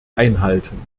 einhalten